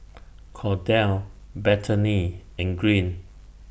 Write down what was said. Kordell Bethany and Green